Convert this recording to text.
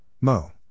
Mo